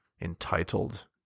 Entitled